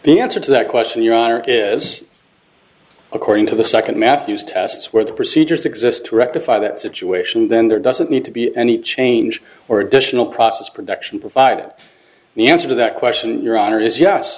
the answer to that question you are according to the second matthews tests where the procedures exist to rectify that situation then there doesn't need to be any change or additional process production provided the answer to that question your honor is yes